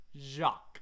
Jacques